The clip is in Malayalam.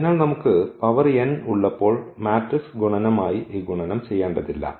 അതിനാൽ നമുക്ക് പവർ n ഉള്ളപ്പോൾ മാട്രിക്സ് ഗുണനമായി ഈ ഗുണനം ചെയ്യേണ്ടതില്ല